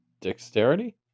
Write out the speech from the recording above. dexterity